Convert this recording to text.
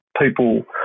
people